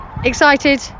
Excited